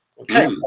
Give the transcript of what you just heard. Okay